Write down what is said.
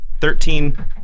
Thirteen